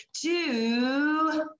two